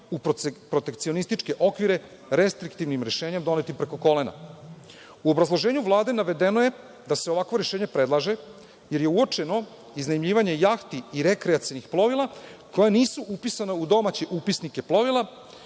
u protekcionističke okvire, restriktivnim rešenjem donetim preko kolena.U obrazloženju Vlade navedeno je da se ovakvo rešenje predlaže jer je uočeno iznajmljivanje jahti i rekreacionih plovila koja nisu upisana u domaće upisnike plovila,